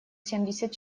семьдесят